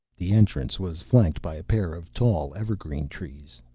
the entrance was flanked by a pair of tall evergreen trees.